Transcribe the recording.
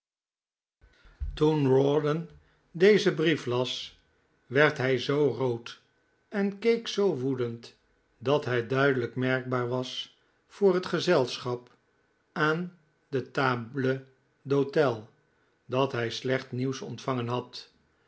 toen rawdon dezen brief las werd hij zoo rood en keek zoo woedend dat het duidelijk merkbaar was voor het gezelschap aan de table dhote dat hij slecht nieuws ontvangen had